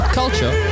culture